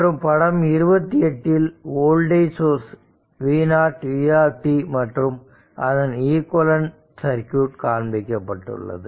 மற்றும் படம் 28 இல் வோல்டேஜ் சோர்ஸ் v0 u மற்றும் அதன் ஈக்குவலண்ட் சர்க்யூட் காண்பிக்கப்பட்டுள்ளது